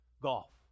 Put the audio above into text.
golf